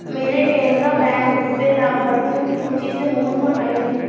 मेरे केनरा बैंक से लाभार्थियों की सूची से मोहन को हटाइए